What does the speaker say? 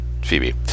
Phoebe